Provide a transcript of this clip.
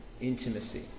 intimacy